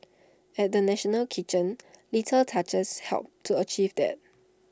at the national kitchen little touches helped to achieve that